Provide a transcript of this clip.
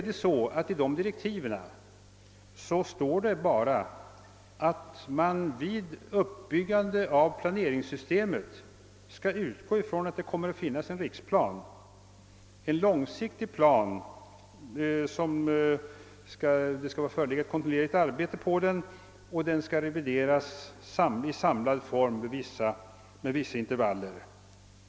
Men i direktiven står endast att man vid uppbyggandet av planeringssystemet skall utgå från att det kommer att finnas en riksplan, en långsiktig plan som skall utarbetas kontinuerligt och som skall revideras i samlad. form med vissa intervaller.